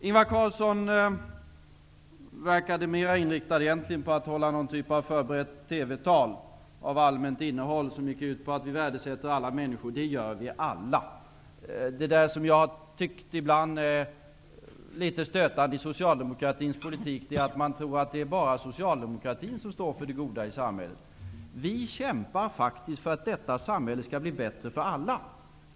Ingvar Carlsson verkade egentligen mera inriktad på att hålla någon typ av förberett TV-tal av allmänt innehåll som gick ut på att Socialdemokraterna värdesätter alla människor. Det gör vi alla. Det jag ibland tycker är litet stötande i Socialdemokraternas politik är att de tror att bara Socialdemokratin står för det goda i samhället. Vi kämpar faktiskt för att detta samhälle skall bli bättre för alla.